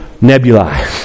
nebulae